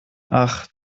ach